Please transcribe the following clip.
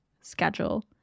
schedule